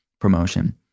promotion